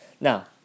Now